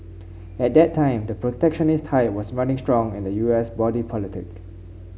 at that time the protectionist tide was running strong in the U S body politic